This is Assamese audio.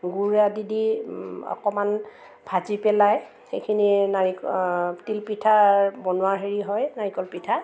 গুৰ আদি দি অকণমান ভাজি পেলাই সেইখিনি তিলপিঠা বনোৱা হেৰি হয় নাৰিকল পিঠা